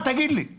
תגיד לי כמה זמן.